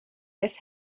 miss